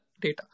data